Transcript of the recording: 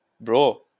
Bro